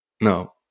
No